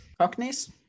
Cockneys